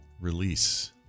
release